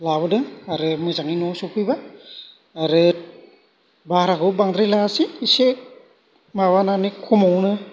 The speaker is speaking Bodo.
लाबोदों आरो मोजाङै न'आव सौफैबाय आरो भाराखौबो बांद्राय लायासै एसे माबानानै खमावनो